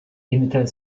limited